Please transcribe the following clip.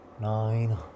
nine